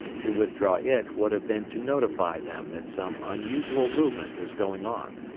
to withdraw it would have been to notify them that some unusual movement was going on.